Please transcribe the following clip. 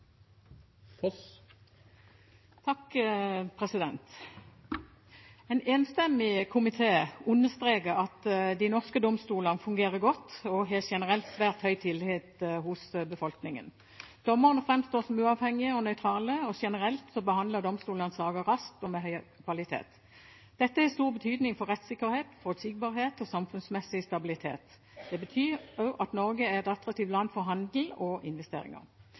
En enstemmig komité understreker at de norske domstolene fungerer godt og har generelt svært høy tillit hos befolkningen. Dommerne framstår som uavhengige og nøytrale, og generelt behandler domstolene saker raskt og med høy kvalitet. Dette har stor betydning for rettssikkerhet, forutsigbarhet og samfunnsmessig stabilitet. Det betyr også at Norge er et attraktivt land for handel og investeringer.